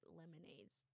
lemonades